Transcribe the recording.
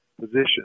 position